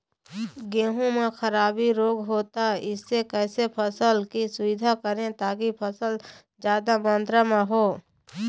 गेहूं म खराबी रोग होता इससे कैसे फसल की सुरक्षा करें ताकि फसल जादा मात्रा म हो?